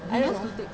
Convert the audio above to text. I don't know